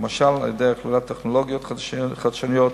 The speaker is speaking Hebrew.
למשל על-ידי הכללת טכנולוגיות חדשניות